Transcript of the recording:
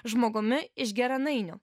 žmogumi iš geranainių